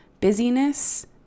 busyness